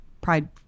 Pride